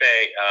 say